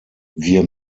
wir